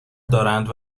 دارند